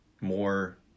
more